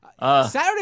Saturday